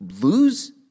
lose